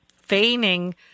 feigning